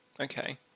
okay